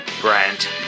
brand